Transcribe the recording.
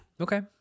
Okay